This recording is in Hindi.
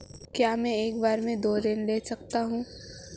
क्या मैं एक बार में दो ऋण ले सकता हूँ?